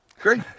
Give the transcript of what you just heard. great